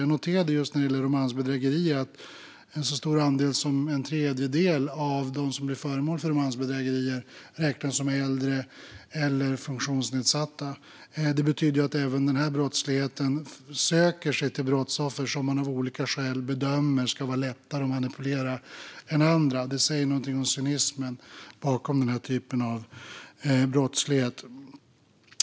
Jag noterade just att en så stor andel som en tredjedel av dem som blir föremål för romansbedrägerier räknas som äldre eller funktionsnedsatta. Det betyder att även den brottsligheten söker sig till brottsoffer som man av olika skäl bedömer ska vara lättare att manipulera än andra. Det säger något om cynismen bakom den typen av brottslighet.